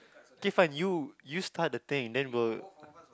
okay fine you you start the thing then we'll